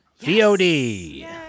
VOD